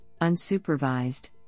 unsupervised